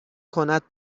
کند